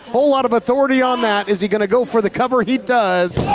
whole lot of authority on that. is he gonna go for the cover? he does,